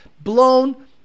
blown